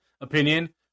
opinion